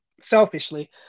selfishly